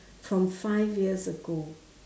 from five years ago